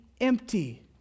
empty